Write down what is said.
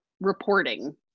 reporting